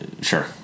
Sure